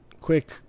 quick